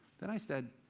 then i said,